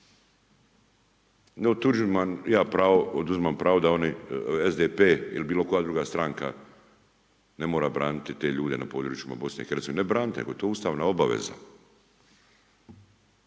Ne … ja pravo, oduzimam pravo da oni, SDP ili bilo koja druga stranka ne mora braniti te ljude na područjima Bosne i Hercegovine, ne branit, nego je to ustavna obaveza.